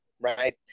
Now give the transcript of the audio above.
right